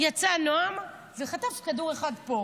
יצא נועם וחטף כדור אחד פה.